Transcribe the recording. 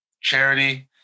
charity